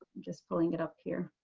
just pulling it up here.